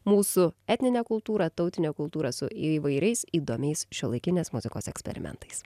mūsų etninę kultūrą tautinę kultūrą su įvairiais įdomiais šiuolaikinės muzikos eksperimentais